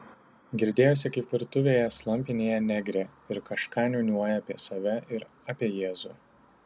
girdėjosi kaip virtuvėje slampinėja negrė ir kažką niūniuoja apie save ir apie jėzų